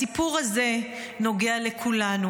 הסיפור הזה נוגע לכולנו,